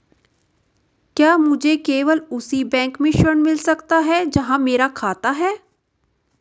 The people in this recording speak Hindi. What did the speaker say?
क्या मुझे केवल उसी बैंक से ऋण मिल सकता है जहां मेरा खाता है?